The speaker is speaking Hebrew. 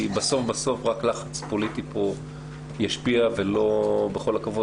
כי בסוף רק לחץ פוליטי פה ישפיע ולא בכל הכבוד